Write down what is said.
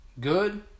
good